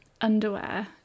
underwear